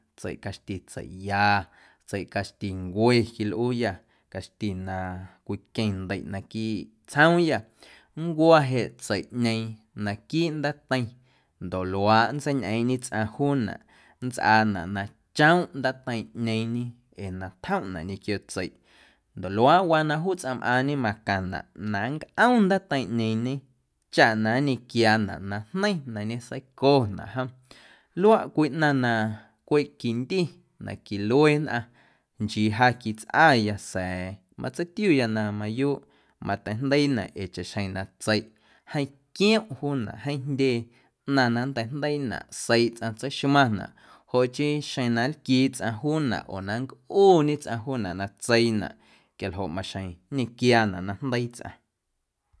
Tseiꞌ caxti tseiꞌya, tseiꞌ caxtincue quilꞌuuyâ caxti na cwiqueⁿ ndeiꞌ naquiiꞌ tsjoomyâ nncwa jeꞌ tseiꞌñeeⁿ naquiiꞌ ndaateiⁿ ndoꞌ luaaꞌ nntseiñꞌeeⁿꞌñe tsꞌaⁿ juunaꞌ nntsꞌaanaꞌ na chomꞌ ndaateiⁿꞌñeeⁿñe ee na tjomꞌnaꞌ ñequio tseiꞌ ndoꞌ luaaꞌwaa na juu tsꞌaⁿmꞌaaⁿñe macaⁿnaꞌ na nncꞌom ndaateiⁿꞌñeeⁿñe chaꞌ na nñequiaanaꞌ na jneiⁿ na ñeseiconaꞌ jom luaꞌ cwii ꞌnaⁿ na cweꞌ quindi na quilue nnꞌaⁿ nchii ja quitsꞌaya sa̱a̱ matseitiuya na mayuuꞌ mateijndeiinaꞌ ee chaꞌxjeⁿ na tseiꞌ jeeⁿ quiomꞌ juunaꞌ, jeeⁿ jndye ꞌnaⁿ na nnteijndeiinaꞌ seiiꞌ tsꞌaⁿ tseixmaⁿnaꞌ joꞌ chii xeⁿ na nlquii tsꞌaⁿ juunaꞌ oo na nncꞌuñe tsꞌaⁿ juunaꞌ na tseiinaꞌ quialjoꞌ maxjeⁿ nñequiaanaꞌ na jndeii tsꞌaⁿ.